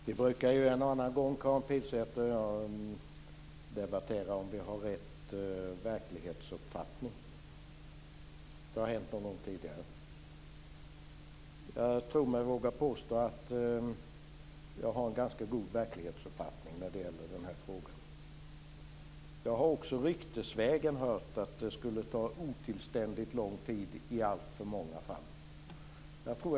Fru talman! Karin Pilsäter och jag brukar en och annan gång debattera om vi har rätt verklighetsuppfattning. Det har hänt någon gång tidigare. Jag tror mig våga påstå att jag har en ganska god verklighetsuppfattning när det gäller denna fråga. Jag har också ryktesvägen hört att det skulle ta otillständigt lång tid i alltför många fall.